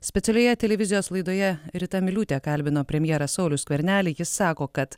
specialioje televizijos laidoje rita miliūtė kalbino premjerą saulių skvernelį jis sako kad